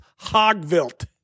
Hogvilt